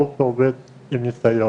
ברור שעובד עם ניסיון,